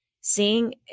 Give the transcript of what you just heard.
seeing